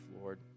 Lord